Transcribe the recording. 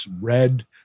red